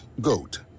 GOAT